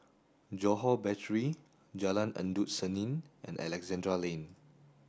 Johore Battery Jalan Endut Senin and Alexandra Lane